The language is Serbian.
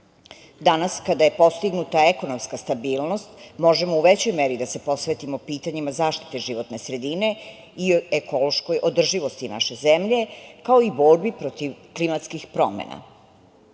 kada je postignuta ekonomska stabilnost, možemo u većoj meri da se posvetimo pitanjima zaštite životne sredine i ekološkoj održivosti naše zemlje, kao i borbi protiv klimatskih promena.